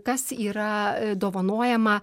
kas yra dovanojama